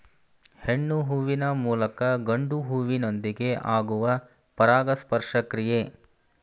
ಹೆಣ್ಣು ಹೂವಿನ ಮೂಲಕ ಗಂಡು ಹೂವಿನೊಂದಿಗೆ ಆಗುವ ಪರಾಗಸ್ಪರ್ಶ ಕ್ರಿಯೆ